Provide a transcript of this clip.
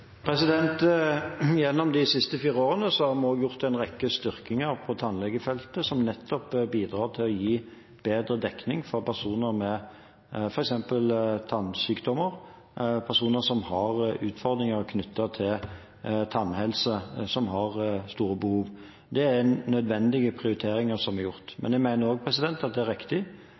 Gjennom de siste fire årene har vi gjort en rekke styrkinger på tannlegefeltet som nettopp bidrar til å gi bedre dekning for personer med f.eks. tannsykdommer og personer som har utfordringer knyttet til tannhelse, og som har store behov. Det er nødvendige prioriteringer som er gjort. Men jeg mener også at det er riktig